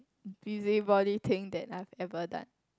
busybody thing that I've ever done